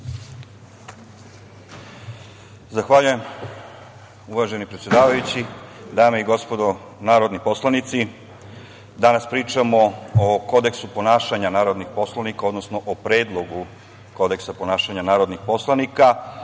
Zahvaljujem. Uvaženi predsedavajući, dame i gospodo narodni poslanici, danas pričamo o Kodeksu ponašanju narodnih poslanika, odnosno o Predlogu kodeksa ponašanja narodnih poslanika,